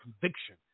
conviction